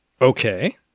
Okay